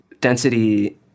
density